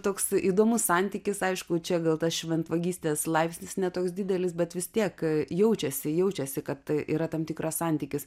toks įdomus santykis aišku čia gal tas šventvagystės laipsnis ne toks didelis bet vis tiek jaučiasi jaučiasi kad tai yra tam tikras santykis